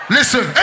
Listen